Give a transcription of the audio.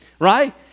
right